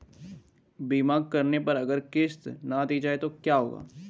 बीमा करने पर अगर किश्त ना दी जाये तो क्या होगा?